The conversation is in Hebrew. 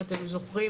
אם אתם זוכרים,